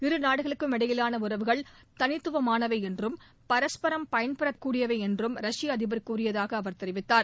இரு நாடுகளுக்குமிடையிவான உறவுகள் தனித்துவமானவை என்றும் பரஸ்பரம் பயன்பெற கூடியதென்றும் ரஷ்ய அதிபர் கூறியதாக அவர் தெரிவித்தார்